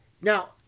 Now